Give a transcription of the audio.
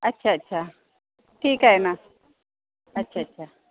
अच्छा अच्छा ठीक आहे ना अच्छा अच्छा